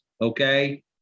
okay